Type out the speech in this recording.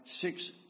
six